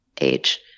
age